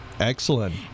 Excellent